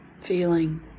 feeling